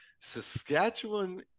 Saskatchewan